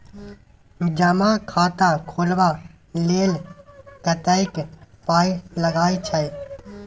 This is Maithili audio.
जमा खाता खोलबा लेल कतेक पाय लागय छै